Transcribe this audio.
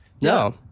No